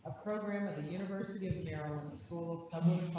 program at the university of yarn store.